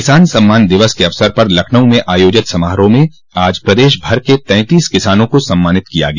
किसान सम्मान दिवस के अवसर पर लखनऊ में आयोजित समारोह में आज प्रदेश भर के तैंतीस किसानों को सम्मानित किया गया